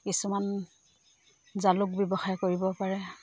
কিছুমান জালুক ব্যৱসায় কৰিব পাৰে